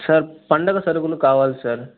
sir పండుగ సరుకులు కావాలి సార్